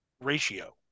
ratio